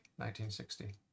1960